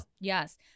yes